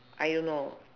I don't know